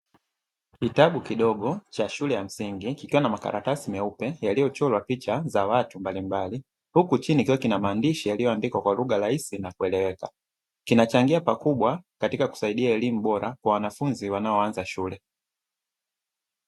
Kitabu kidogo cha shule ya msingi kikiwa na makaratasi meupe yaliyochorwa picha za watu mbalimbali, huku chini kikiwa kina maandishi yaliyoandikwa kwa lugha rahisi na kueleweka, kinachangia pakubwa katika kusaidia elimu bora kwa wanafunzi wanaoanza shule.